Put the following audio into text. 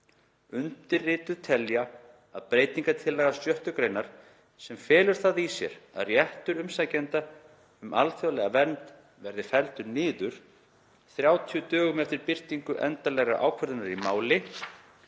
Undirrituð telja að breytingartillaga 6. gr., sem felur það í sér að réttur umsækjenda um alþjóðlega vernd verði felldur niður 30 dögum eftir birtingu endanlegrar ákvörðunar í máli